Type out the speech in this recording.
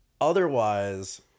Otherwise